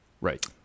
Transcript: right